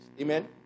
Amen